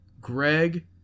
Greg